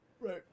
right